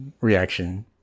reaction